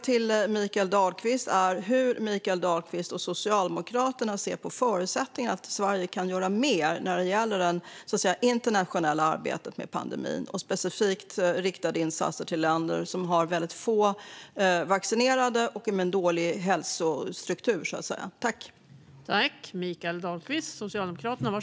Hur ser Mikael Dahlqvist och Socialdemokraterna på förutsättningarna att Sverige kan göra mer när det gäller det internationella arbetet med pandemin, specifikt riktade insatser till länder som har få vaccinerade och en dålig hälsostruktur?